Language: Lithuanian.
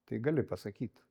tai gali pasakyt